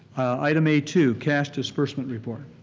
item a two, cash disbursement report.